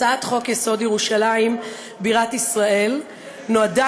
הצעת חוק-יסוד: ירושלים בירת ישראל נועדה